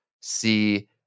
see